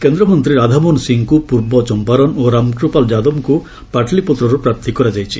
କେନ୍ଦ୍ରମନ୍ତ୍ରୀ ରାଧାମୋହନ ସିଂଙ୍କୁ ପୂର୍ବ ଚମ୍ପାରନ୍ ଓ ରାମକୃପାଲ ଯାଦବଙ୍କୁ ପାଟଳୀପୁତ୍ରରୁ ପ୍ରାର୍ଥୀ କରାଯାଇଛି